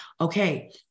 okay